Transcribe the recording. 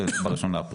ודאי.